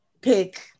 pick